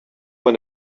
when